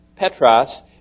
Petras